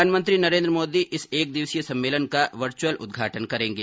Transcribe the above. प्रधान मंत्री नरेंद्र मोदी इस एक दिवसीय सम्मेलन का वर्चअल उदघाटन करेंगे